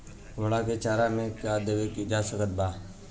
घोड़ा के चारा मे का देवल जा सकत बा?